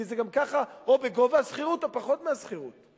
כי גם כך זה או בגובה השכירות או פחות מהשכירות,